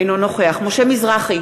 אינו נוכח משה מזרחי,